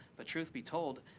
but truth be told,